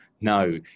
no